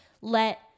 let